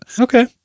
okay